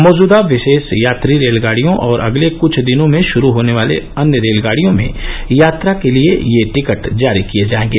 मौजूदा विशेष यात्री रेलगाड़ियों और अगले कुछ दिनों में शुरू होने वाली अन्य रेलगाडियों में यात्रा के लिए के लिए ये टिकट जारी किये जाएंगे